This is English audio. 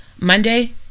Monday